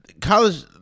college